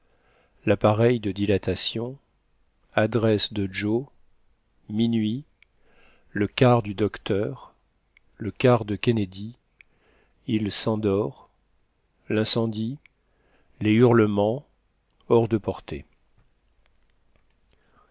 l'appareil de dilatation adresse de joe minuit le quart du docteur le quart de kennedy il s'endort l'incendie les hurlements hors de portée